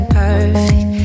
perfect